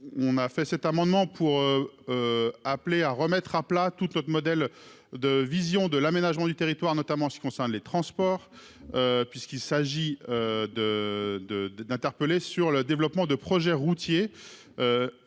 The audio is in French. on a fait cet amendement pour appeler à remettre à plat toute notre modèle de vision de l'aménagement du territoire, notamment ceux qui concerne les transports, puisqu'il s'agit de de d'interpeller sur le développement de projets routiers